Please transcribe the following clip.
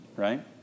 Right